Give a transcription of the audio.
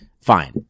fine